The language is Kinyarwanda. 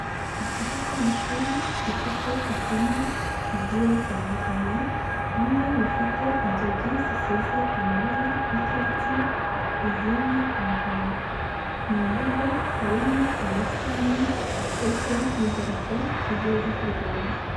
Ikigo cy'amashuri gifite ibyumba, bigiye bitandukanye, bimwe bifite inzugi zisize amabara y'icyatsi, izindi umuhondo. Mu mbuga harimo ubusitani ndetse n'idarapo ry'igihugu cy'u Rwanda.